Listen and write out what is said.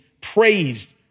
praised